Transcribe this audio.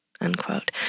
unquote